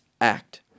act